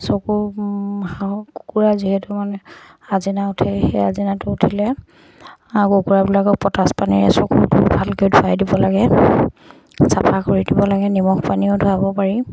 চকু হাঁহ কুকুৰা যিহেতু মানে আজিনা উঠে সেই আজিনাটো উঠিলে হাঁহ কুকুৰাবিলাকক পটাচ পানীৰে চকুটো ভালকৈ ধুৱাই দিব লাগে চাফা কৰি দিব লাগে নিমখ পানীও ধুৱাব পাৰি